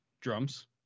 drums